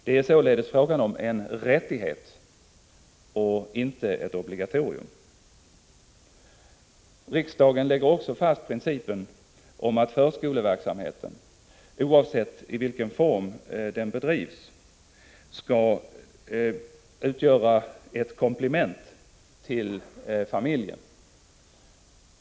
Det är således fråga om en rättighet och inte om ett obligatorium. Riksdagen lägger också fast principen att förskoleverksamheten, oavsett i vilken form den bedrivs, skall utgöra ett komplement till familjen.